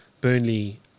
Burnley